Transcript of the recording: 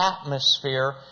atmosphere